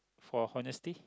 for honesty